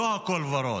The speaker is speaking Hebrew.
לא הכול ורוד.